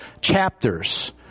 chapters